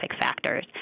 factors